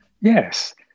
Yes